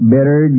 Better